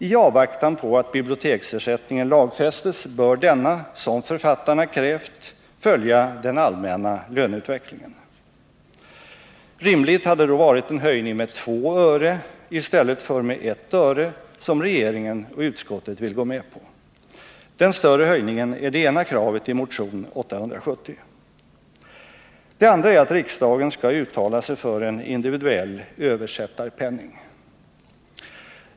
I avvaktan på att biblioteksersättningen lagfästes bör denna, som författarna krävt, följa den allmänna löneutvecklingen. Rimligt hade då varit en höjning med 2 öre i stället för med 1 öre, som regeringen och utskottet vill gå med på. Den större höjningen är det ena kravet i motion 870. Det andra är att riksdagen skall uttala sig för en individuell översättarpenning.